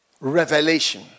revelation